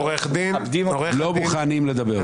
לא מוכנים לדבר.